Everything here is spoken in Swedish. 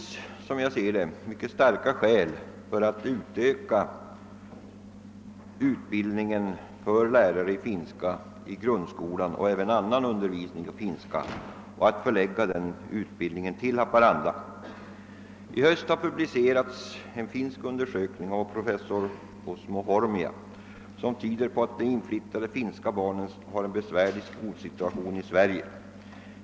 Som jag ser saken finns mycket starka skäl för att utöka utbildningen av lärare i finska i grundskolan och även annan undervisning i finska språket och att förlägga denna utbildning till Haparanda. I höst har publicerats en finsk undersökning av professor Osmo Hormia, som tyder på att de inflyttade finska barnen har en besvärlig skolsituation i Sverige.